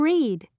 Read